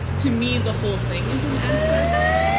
to me, the whole thing is an access